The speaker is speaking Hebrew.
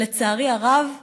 ולצערי הרב,